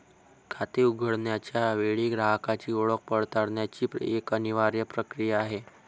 खाते उघडण्याच्या वेळी ग्राहकाची ओळख पडताळण्याची एक अनिवार्य प्रक्रिया आहे